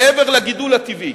מעבר לגידול הטבעי.